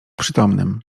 przytomnym